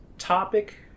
topic